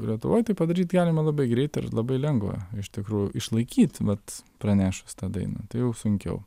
lietuvoj tai padaryt galima labai greit ir labai lengva iš tikrųjų išlaikyt vat pranešus tą dainą tai jau sunkiau